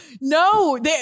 No